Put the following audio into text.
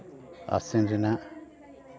ᱟᱥᱥᱤᱱ ᱨᱮᱱᱟᱜ